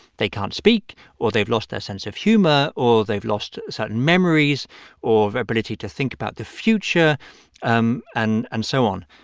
they can't speak or they've lost their sense of humor or they've lost certain memories or ability to think about the future um and and so on.